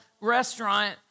restaurant